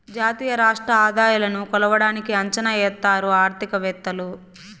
జాతీయ రాష్ట్ర ఆదాయాలను కొలవడానికి అంచనా ఎత్తారు ఆర్థికవేత్తలు